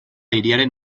hiriaren